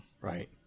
right